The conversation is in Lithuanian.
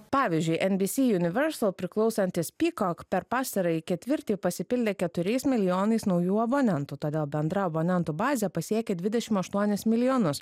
pavyzdžiui nbcuniversal priklausantis peacock per pastarąjį ketvirtį pasipildė keturiais milijonais naujų abonentų todėl bendra abonentų bazė pasiekė dvidešimt aštuonis milijonus